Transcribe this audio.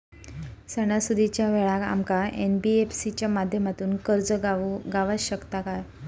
सणासुदीच्या वेळा आमका एन.बी.एफ.सी च्या माध्यमातून कर्ज गावात शकता काय?